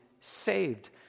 saved